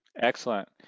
Excellent